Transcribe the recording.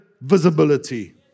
visibility